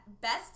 best